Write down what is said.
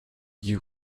you